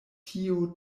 tio